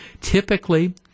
Typically